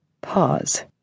Pause